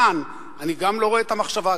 כאן אני גם לא רואה את המחשבה,